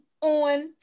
on